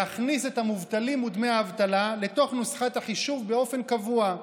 להכניס את המובטלים ודמי האבטלה לתוך נוסחת החישוב באופן קבוע,